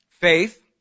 faith